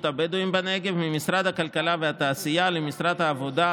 הבדואים בנגב ממשרד הכלכלה והתעשייה למשרד העבודה,